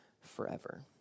forever